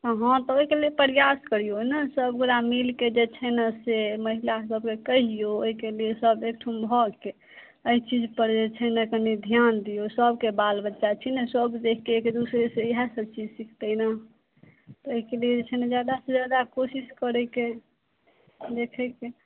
हँ तऽ ओहिके लिए प्रयास करिऔ ने सभगोरा मिलिके जे छै ने से महिला सभकेँ कहिऔ ओहिके लिए सब एकठाम भऽ के एहि चीजपर जे छै ने कनि धिआन दिऔ सभकेँ बाल बच्चा छै ने सब देखिके एक दूसरेसे इएहसब चीज सिखतै ने तऽ एहिके लिए जे छै ने जादासे जादा कोशिश करैके देखैके